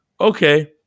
okay